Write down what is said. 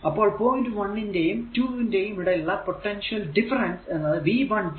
അപ്പോൾ പോയിന്റ് 1 ന്റെയും 2 ന്റെയും ഇടയിലുള്ള പൊട്ടൻഷ്യൽ ഡിഫറെൻസ് എന്നത് V12